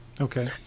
Okay